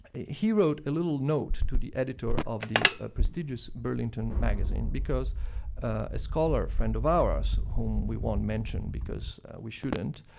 he wrote a little note to the editor of the prestigious burlington magazine because a scholar, a friend of ours whom we won't mention because we shouldn't,